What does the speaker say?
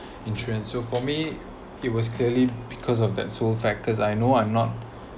insurance so for me it was clearly because of that so fact I know I'm not